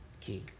key